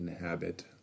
inhabit